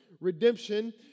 redemption